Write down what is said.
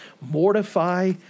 Mortify